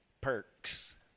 perks